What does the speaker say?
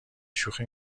شوخی